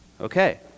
Okay